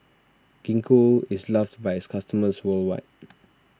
Gingko is loved by its customers worldwide